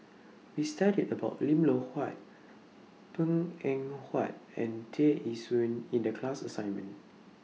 We studied about Lim Loh Huat Png Eng Huat and Tear Ee Soon in The class assignment